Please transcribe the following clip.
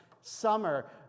summer